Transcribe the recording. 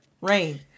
Rain